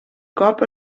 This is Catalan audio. cop